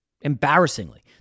Embarrassingly